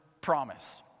promise